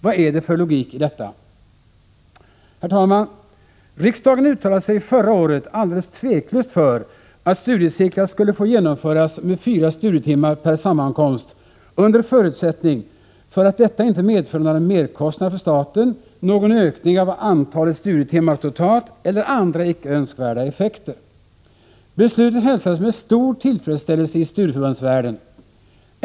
Vad är det för logik i detta? Herr talman! Riksdagen uttalade sig förra året alldeles tveklöst för att studiecirklar skulle få genomföras med fyra studietimmar per sammankomst under förutsättning att detta inte medförde några merkostnader för staten, någon ökning av antalet studietimmar totalt eller andra icke önskvärda effekter. Beslutet hälsades med stor tillfredsställelse i studieförbundsvärlden.